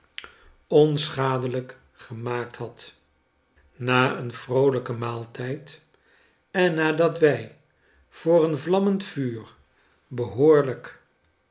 onschadelijk gemaakt had na een vroolijken maaltijd en nadat wij voor een vlammend vuur behoorlijk